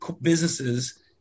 businesses